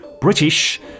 British